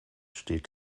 steht